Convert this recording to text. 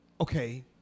Okay